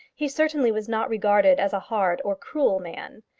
he certainly was not regarded as a hard or cruel man.